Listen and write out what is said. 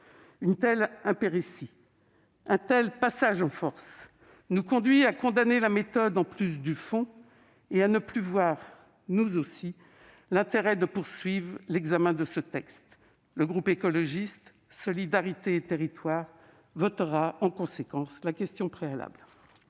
Une telle impéritie, un tel passage en force nous conduisent à condamner la méthode en plus du fond : nous ne voyons plus, nous non plus, l'intérêt de poursuivre l'examen de ce texte. Le groupe Écologiste- Solidarité et Territoires votera en conséquence la question préalable.